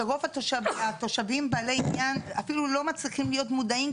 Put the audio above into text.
שרוב התושבים בעלי עניין אפילו לא מצליחים להיות מודעים,